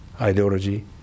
ideology